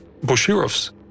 Boshirov's